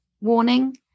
warning